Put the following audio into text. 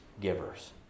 givers